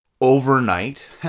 overnight